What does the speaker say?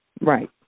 Right